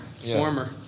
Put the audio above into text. Former